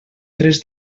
tres